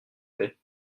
plait